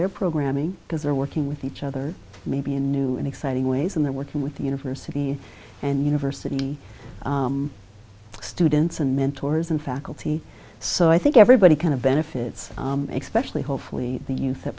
their programming because they're working with each other maybe in new and exciting ways and they're working with the university and university students and mentors and faculty so i think everybody kind of benefits make specially hopefully the youth that